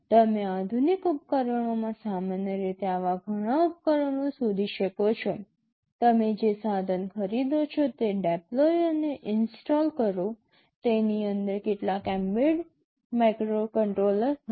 તમે આધુનિક ઉપકરણોમાં સામાન્ય રીતે આવા ઘણા ઉપકરણો શોધી શકો છો તમે જે સાધન ખરીદો છો તે ડેપલોય અને ઇન્સ્ટોલ કરો તેની અંદર કેટલાક એમ્બેડ માઇક્રોકન્ટ્રોલર હશે